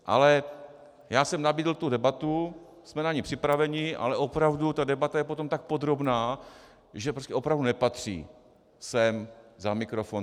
Ale já jsem nabídl tu debatu, jsme na ni připraveni, ale opravdu, ta debata je potom tak podrobná, že opravdu nepatří sem za mikrofon.